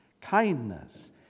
kindness